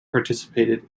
participated